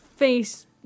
face